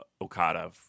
Okada